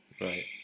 Right